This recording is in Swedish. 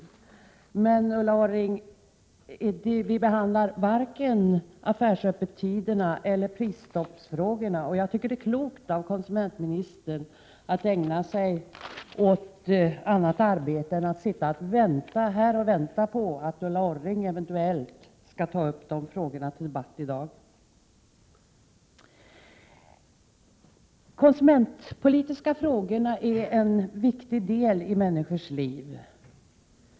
Utskottet har inte behandlat vare sig affärsöppettiderna eller prisstoppsfrågorna, och det är klokt av konsumentministern att ägna sig åt annat arbete än att sitta här och vänta på att Ulla Orring eventuellt skall ta upp de frågorna till debatt i dag. De konsumentpolitiska frågorna är en viktig del i människors liv.